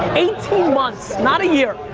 eighteen months, not a year,